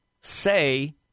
say